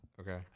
Okay